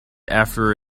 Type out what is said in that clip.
after